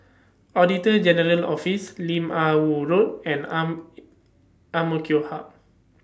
Auditor General's Office Lim Ah Woo Road and Ang Ang Mo Kio Hub